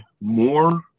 more